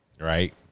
Right